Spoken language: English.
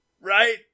right